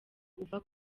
uva